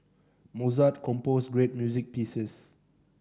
Mozart composed great music pieces